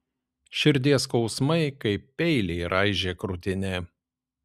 širdies skausmai kaip peiliai raižė krūtinę